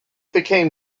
became